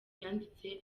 yanditse